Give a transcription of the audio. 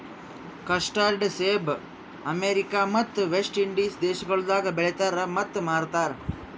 custard ಸೇಬ America ಮತ್ತ West Indies ದೇಶಗೊಳ್ದಾಗ್ ಬೆಳಿತಾರ್ ಮತ್ತ ಮಾರ್ತಾರ್